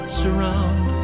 surround